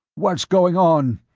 what's going on?